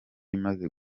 imaze